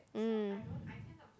mm